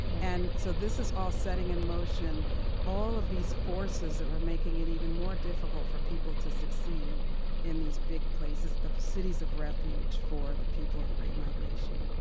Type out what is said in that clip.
and so this is all setting in motion all of these forces that were making it even more difficult for people to succeed in these big places, the cities of refuge for the people of the great migration